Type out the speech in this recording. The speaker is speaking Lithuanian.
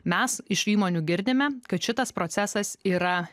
mes iš įmonių girdime kad šitas procesas yra